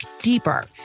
deeper